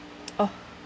oh